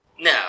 No